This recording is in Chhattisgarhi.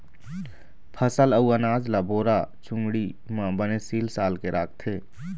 फसल अउ अनाज ल बोरा, चुमड़ी म बने सील साल के राखथे